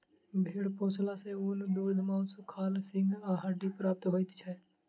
भेंड़ पोसला सॅ ऊन, दूध, मौंस, खाल, सींग आ हड्डी प्राप्त होइत छै